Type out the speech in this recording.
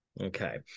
okay